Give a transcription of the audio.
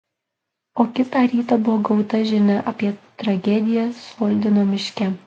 o kitą rytą buvo gauta žinia apie tragediją soldino miške